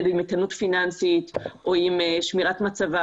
עם איתנות פיננסית או עם שמירת מצבה,